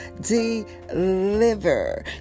deliver